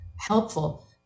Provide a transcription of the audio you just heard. helpful